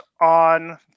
on